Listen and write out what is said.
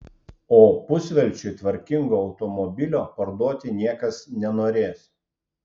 o pusvelčiui tvarkingo automobilio parduoti niekas nenorės